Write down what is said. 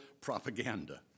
propaganda